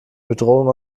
bedrohung